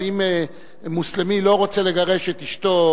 אבל אם מוסלמי לא רוצה לגרש את אשתו